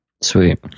sweet